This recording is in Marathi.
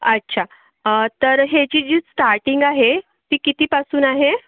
अच्छा तर ह्याची जी स्टार्टींग आहे ती किती पासून आहे